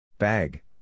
Bag